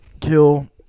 kill